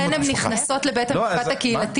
לכן העבירות האלה נכנסות לבית המשפט הקהילתי